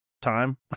time